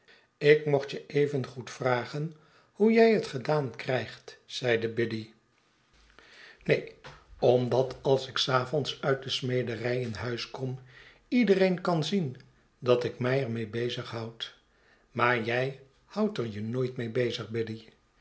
ik mocht je evengoed vragen hoe jij het gedaan krijgt zeide biddy groote verwachtingen neen omdat als ik s avonds nit he smederij in huis kom iedereen kan zien dat ik mij er mee bezig bond maar jij houdt er je nooit mee bezig